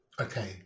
okay